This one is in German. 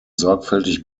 sorgfältig